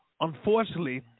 Unfortunately